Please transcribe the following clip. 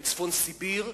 בצפון סיביר,